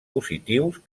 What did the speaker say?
positius